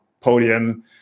podium